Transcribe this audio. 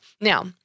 Now